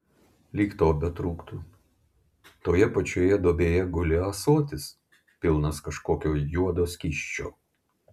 lyg to betrūktų toje pačioje duobėje guli ąsotis pilnas kažkokio juodo skysčio